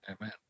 Amen